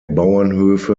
bauernhöfe